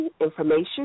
information